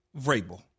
Vrabel